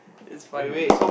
this is fun to make